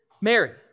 Mary